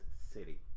city